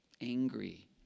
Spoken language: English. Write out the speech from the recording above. angry